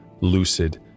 lucid